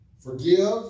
forgive